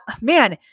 Man